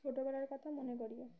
ছোটোবেলার কথা মনে পড়ে গেল